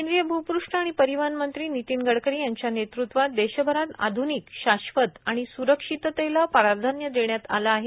केंद्रीय भूपृष्ठ आणि परिवहन मंत्री नितीन गडकरी यांच्या नेतृत्वात देशभरात आध्निक शाश्वत आणि स्रक्षिततेला प्राधान्य देण्यात आल आहे